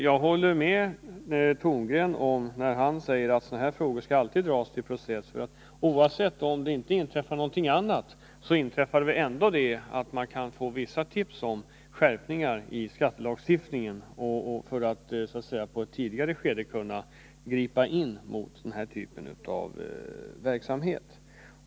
Jag håller med Hans Torngren om att sådana här frågor alltid bör prövas i process, därför att även om något annat inte inträffar genom en process, så inträffar ändå det att man kan få vissa tips om skärpningar i skattelagstiftningen för att i ett tidigare skede kunna gripa in mot denna typ av verksamhet.